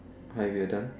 hi weirdo